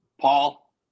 paul